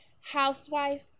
housewife